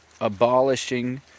abolishing